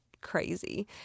crazy